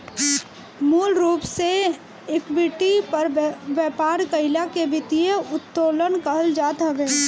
मूल रूप से इक्विटी पर व्यापार कईला के वित्तीय उत्तोलन कहल जात हवे